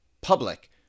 public